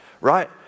right